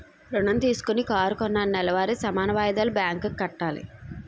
ఋణం తీసుకొని కారు కొన్నాను నెలవారీ సమాన వాయిదాలు బ్యాంకు కి కట్టాలి